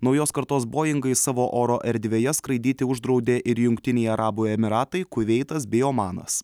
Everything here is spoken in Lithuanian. naujos kartos boingai savo oro erdvėje skraidyti uždraudė ir jungtiniai arabų emyratai kuveitas bei omanas